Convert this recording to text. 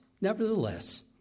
nevertheless